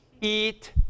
eat